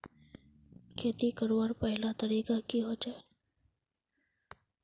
खेती करवार पहला तरीका की होचए?